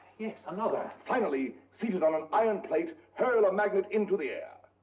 yes, another? finally, seated on an iron plate, hurl a magnet into the air.